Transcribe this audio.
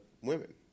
women